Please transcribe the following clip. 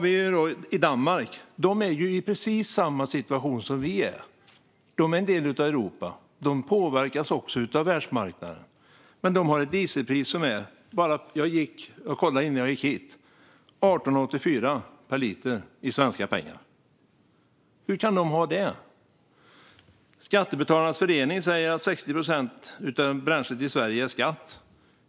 I Danmark är man i precis samma situation som vi. De är en del av Europa, och de påverkas också av världsmarknaden. Men de har ett dieselpris som ligger på 18,84 per liter i svenska pengar. Jag kollade precis innan jag gick hit. Hur kan de ha det? Skattebetalarnas förening säger att 60 procent av bränslepriset i Sverige är skatt.